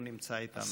גם הוא נמצא איתנו.